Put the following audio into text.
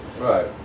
Right